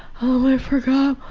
oh, i forgot.